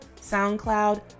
SoundCloud